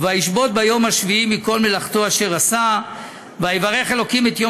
"וישבֹת ביום השביעי מכל מלאכתו אשר עשה ויברך ה' את יום